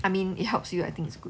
I mean it helps you I think it's good